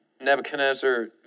Nebuchadnezzar